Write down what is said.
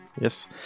Yes